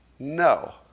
No